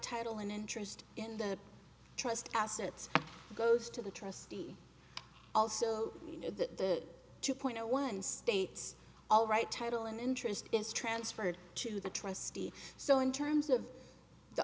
title and interest in the trust assets goes to the trustee also you know that two point zero one states all right title and interest is transferred to the trustee so in terms of the